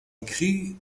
écrit